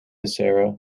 sara